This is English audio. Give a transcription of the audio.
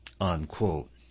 unquote